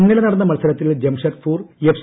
ഇന്നലെ നടന്ന മത്സരത്തിൽ ജംഷഡ്പൂർ എഫ്